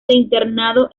internado